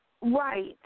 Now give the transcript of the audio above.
Right